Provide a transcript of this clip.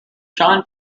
john